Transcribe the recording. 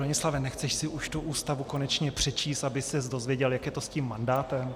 Bronislave, nechceš si už tu Ústavu konečně přečíst, aby ses dozvěděl, jak je to s tím mandátem?